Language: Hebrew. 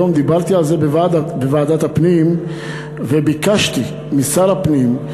היום דיברתי על זה בוועדת הפנים וביקשתי משר הפנים,